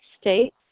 State